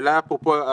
אפרופו,